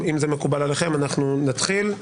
אם מקובל עליכם, נתחיל.